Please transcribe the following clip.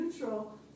neutral